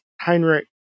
Heinrich